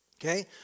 okay